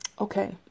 Okay